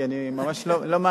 כי אני ממש לא מאמין.